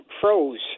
froze